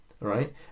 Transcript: right